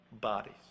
bodies